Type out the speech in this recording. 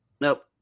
nope